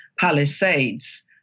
palisades